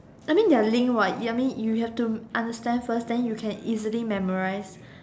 I mean they are link what ya I mean you have to understand first then you can easily memorise